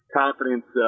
confidence